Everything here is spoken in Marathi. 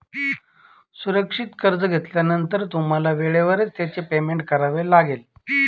सुरक्षित कर्ज घेतल्यानंतर तुम्हाला वेळेवरच त्याचे पेमेंट करावे लागेल